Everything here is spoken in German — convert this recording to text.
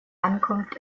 ankunft